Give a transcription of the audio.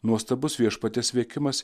nuostabus viešpaties veikimas